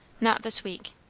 not this week.